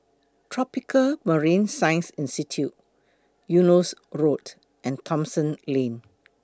Tropical Marine Science Institute Eunos Road and Thomson Lane